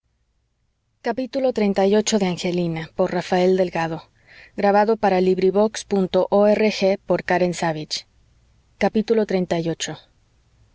ricos de por